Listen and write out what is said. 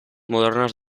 modernas